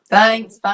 Thanks